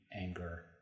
anger